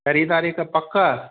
ख़रीदारी त पक